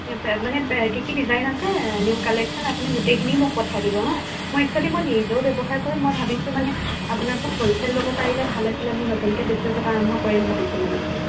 ঠিক আছে মানে কি কি ডিজাইন আছে নিউ কালেকশ্যন আপুনি গোটেইখিনি মোক পঠাই দিব হাঁ মই একচুৱ্যেলি মই নিজেও ব্যৱহাৰ কৰিম মই ভাবিছোঁ মানে আপোনাৰপৰা হ'লচেল ল'ব পাৰিলে ভাল আছিলে মই নতুনকৈ বিজনেচ এটা আৰম্ভ কৰিম ভাবিছোঁ মানে